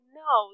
no